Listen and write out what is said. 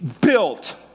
built